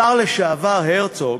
השר לשעבר הרצוג